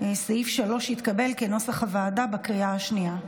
סעיף 3, כנוסח הוועדה, התקבל בקריאה השנייה.